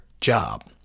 job